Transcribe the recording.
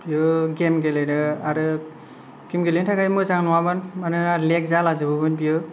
बेयो गेम गेलेनो थाखाय मोजां नङामोन मानो लेग जाला जोबोमोन बेयो